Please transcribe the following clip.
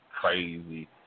crazy